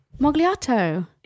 Mogliato